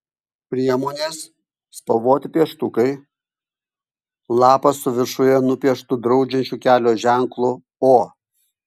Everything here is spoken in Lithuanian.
priemonės spalvoti pieštukai lapas su viršuje nupieštu draudžiančiu kelio ženklu o